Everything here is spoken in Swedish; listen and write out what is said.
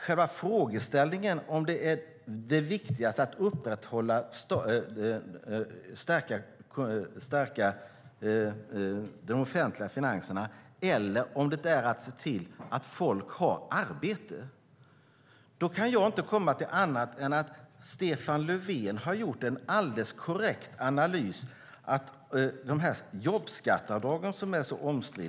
Själva frågeställningen gäller om det viktigaste är att stärka de offentliga finanserna eller se till att folk har arbete. Jag kan inte komma fram till något annat än att Stefan Löfven har gjort en korrekt analys av de omstridda jobbskatteavdragen.